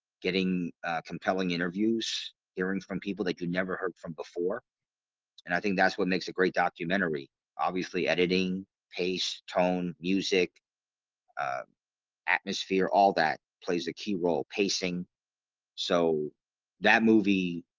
getting compelling interviews hearing from people that you never heard from before and i think that's what makes a great documentary obviously editing pace tone music ah atmosphere all that plays a key role pacing so that movie